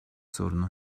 sorunu